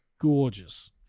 gorgeous